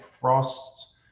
Frost's